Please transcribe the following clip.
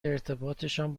ارتباطشان